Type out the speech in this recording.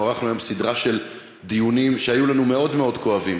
ערכנו היום סדרה של דיונים שהיו לנו מאוד מאוד כואבים,